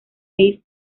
gay